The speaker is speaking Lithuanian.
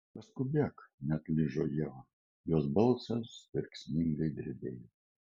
paskubėk neatlyžo ieva jos balsas verksmingai drebėjo